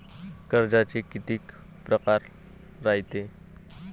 कर्जाचे कितीक परकार रायते?